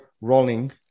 rolling